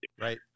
Right